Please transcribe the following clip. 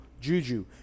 juju